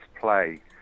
play